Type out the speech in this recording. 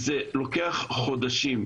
זה לוקח חודשים.